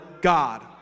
god